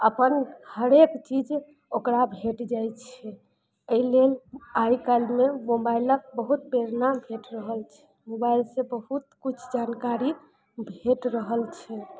अपन हरेक चीज ओकरा भेट जाइ छै अइ लेल आइ काल्हि मोबाइलक बहुत प्रेरणा भेट रहल छै मोबाइलसँ बहुत किछु जानकारी भेट रहल छै